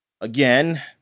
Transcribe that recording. again